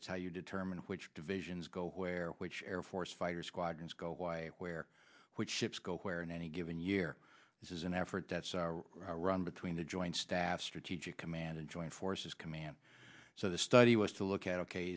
it's how you determine which divisions go where which air force fighter squadrons go why where what ships go where in any given year this is an effort that's run between the joint staff strategic command and joint forces command so the study was to look at ok